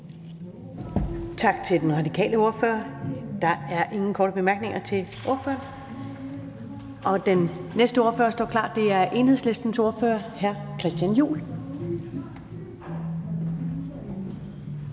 Tak til den radikale ordfører. Der er ingen korte bemærkninger til ordføreren. Og den næste ordfører står klar, og det er Enhedslistens ordfører, hr. Christian Juhl.